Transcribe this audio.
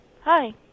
hi